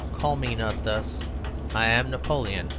call me not thus i am napoleon,